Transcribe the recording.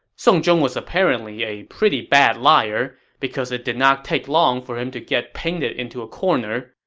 song zhong was apparently a pretty bad liar, because it did not take long for him to get painted into a corner,